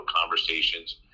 conversations